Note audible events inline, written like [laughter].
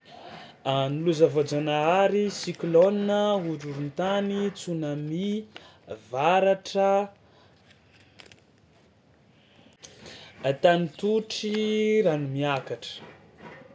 A ny loza voajanahary: [noise] cyclone, horohoron-tany, tsunami, varatra, [noise] a tany totry, rano miakatra [noise]